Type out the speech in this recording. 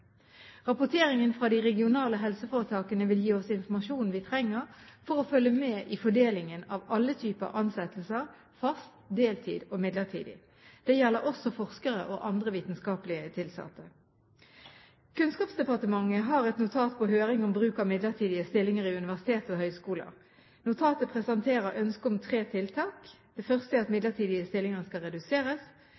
Rapporteringen fra de regionale helseforetakene vil gi oss den informasjonen vi trenger for å følge med i fordelingen av alle typer ansettelser – fast, deltid og midlertidig. Det gjelder også forskere og andre vitenskapelig tilsatte. Kunnskapsdepartementet har et notat på høring om bruk av midlertidige stillinger i universiteter og høgskoler. Notatet presenterer ønske om tre tiltak: